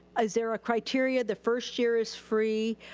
ah is there a criteria? the first year is free.